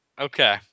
Okay